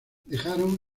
dejaron